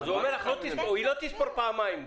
אז היא אומרת, היא לא תספור פעמיים.